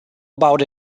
about